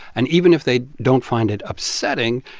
and even if they don't find it upsetting,